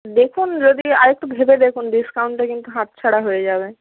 দেখুন যদি আরেকটু ভেবে দেখুন ডিসকাউন্টটা কিন্তু হাতছাড়া হয়ে যাবে